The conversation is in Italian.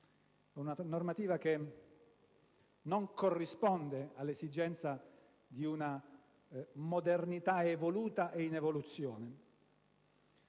una normativa che non corrisponde all'esigenza di una modernità evoluta e in evoluzione.